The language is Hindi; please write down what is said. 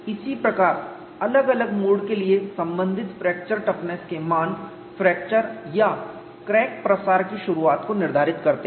इसी प्रकार अलग अलग मोड के लिए संबंधित फ्रैक्चर टफनेस के मान फ्रैक्चर या क्रैक प्रसार की शुरुआत को निर्धारित करते हैं